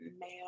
male